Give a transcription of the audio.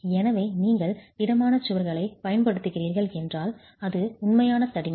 எனவே நீங்கள் திடமான சுவர்களைப் பயன்படுத்துகிறீர்கள் என்றால் அது உண்மையான தடிமன்